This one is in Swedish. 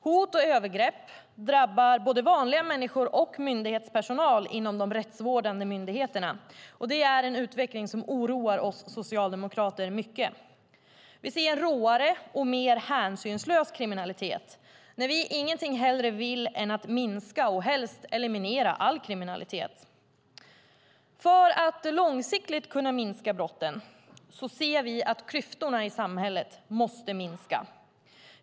Hot och övergrepp drabbar både vanliga människor och myndighetspersonal inom de rättsvårdande myndigheterna, och det är en utveckling som oroar oss socialdemokrater mycket. Vi ser en råare och mer hänsynslös kriminalitet när vi ingenting hellre vill än att minska och helst eliminera all kriminalitet. För att långsiktigt kunna minska brotten ser vi att klyftorna i samhället måste minska.